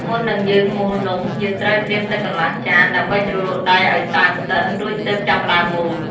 មុននឹងយើងមូលនំ យើងត្រូវត្រៀមទឹកកន្លះចាន ដើម្បីជ្រលក់ដៃឱ្យសើមសិន រួចទើបចាប់ផ្ដើមមូល។